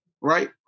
right